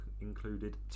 included